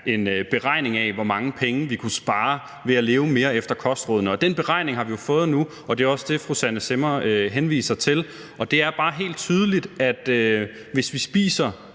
en beregning af, hvor mange penge vi kunne spare ved at leve mere efter kostrådene, og den beregning har vi jo fået nu, og det er også det, fru Susanne Zimmer henviser til. Og det er bare helt tydeligt, at hvis vi spiser